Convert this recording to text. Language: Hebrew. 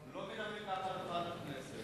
לא מדברים כך מעל דוכן הכנסת.